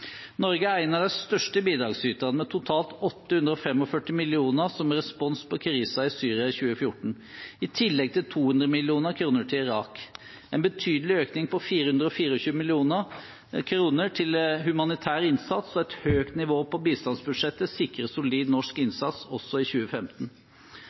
Norge er en av de største bidragsyterne med totalt 845 mill. kr som respons på krisen i Syria i 2014, i tillegg til 200 mill. kr til Irak. En betydelig økning på 424 mill. kr til humanitær innsats og et høyt nivå på bistandsbudsjettet sikrer solid norsk